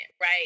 right